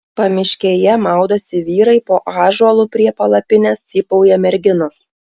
pamiškėje maudosi vyrai po ąžuolu prie palapinės cypauja merginos